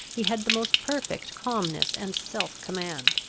he had the most perfect calmness and self-command.